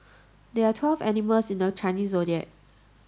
there are twelve animals in the Chinese Zodiac